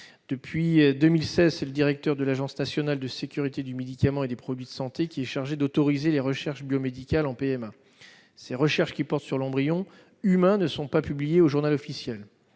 Depuis 2016, c'est le directeur de l'Agence nationale de sécurité du médicament et des produits de santé qui est chargé d'autoriser les recherches biomédicales en PMA. Ces recherches, qui portent sur l'embryon humain, ne sont pas publiées au. C'est